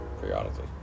Periodically